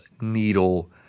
needle